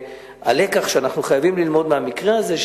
הלקח שאנחנו חייבים ללמוד מהמקרה הזה,